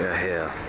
here.